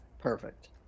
perfect